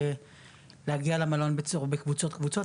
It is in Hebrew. להגיע למלון בקבוצות קבוצות,